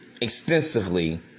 extensively